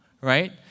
right